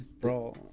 Bro